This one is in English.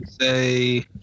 say